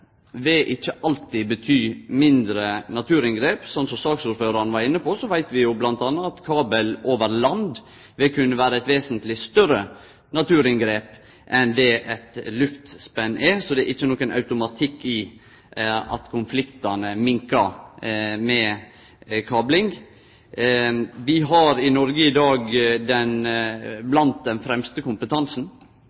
vil ikkje alltid bety mindre naturinngrep. Som saksordføraren var inne på, veit vi jo bl.a. at kabel over land vil kunne vere eit vesentleg større naturinngrep enn det eit luftspenn er, så det er ikkje automatikk i at konfliktane minkar med kabling. Noreg er i dag